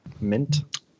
Mint